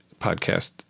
podcast